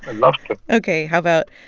and love to ok. how about,